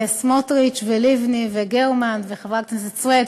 סמוטריץ ולבני וגרמן וחברת הכנסת סויד.